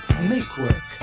make-work